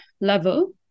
level